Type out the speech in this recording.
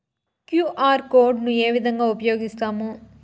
QR code ను ఏ విధంగా ఉపయగిస్తాము?